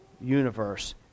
universe